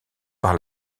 par